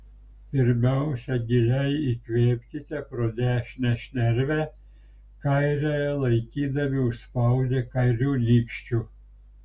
pirmiausia giliai įkvėpkite pro dešinę šnervę kairiąją laikydami užspaudę kairiu nykščiu